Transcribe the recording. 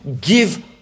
give